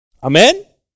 Amen